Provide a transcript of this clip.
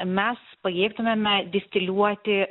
mes pajėgtumėme distiliuoti